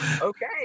okay